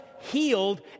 healed